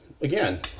again